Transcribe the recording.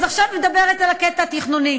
אז עכשיו היא מדברת על הקטע התכנוני.